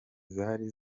zari